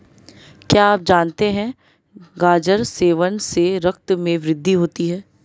क्या आप जानते है गाजर सेवन से रक्त में वृद्धि होती है?